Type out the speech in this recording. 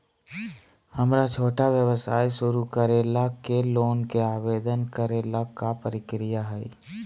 हमरा छोटा व्यवसाय शुरू करे ला के लोन के आवेदन करे ल का प्रक्रिया हई?